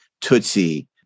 Tootsie